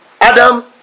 Adam